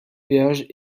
péage